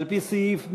על-פי סעיף 144(ג)